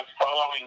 following